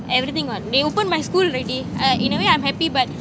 everything [what] they open my school already uh in a way I'm happy but